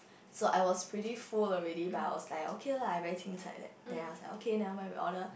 so I was pretty full already but I was like okay lah I very then I was like okay never mind we order